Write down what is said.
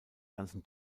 ganzen